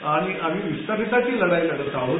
आणि आम्ही विस्थापितांची लढाई लढत आहोत